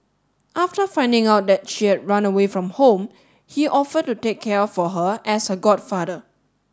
after finding out that she had run away from home he offered to take care for her as her godfather